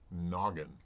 noggin